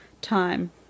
time